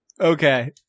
Okay